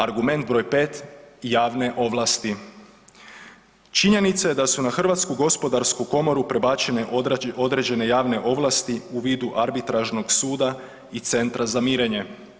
Argument broj 5. javne ovlasti, činjenica je da su na Hrvatsku gospodarsku komoru prebačene određene javne ovlasti u vidu arbitražnog suda i centra za mirenje.